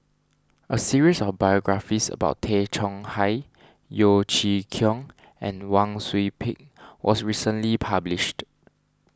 a series of biographies about Tay Chong Hai Yeo Chee Kiong and Wang Sui Pick was recently published